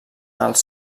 els